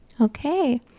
Okay